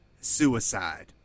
suicide